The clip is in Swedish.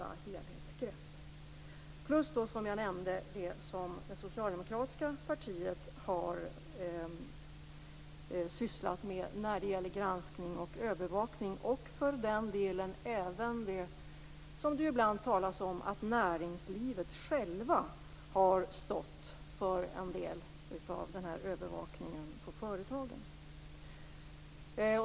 Man borde också, som jag nämnde, utreda det som det socialdemokratiska partiet har sysslat med när det gäller granskning och övervakning, och för den delen även den övervakning på företagen som det ibland talas om att näringslivet självt har stått för.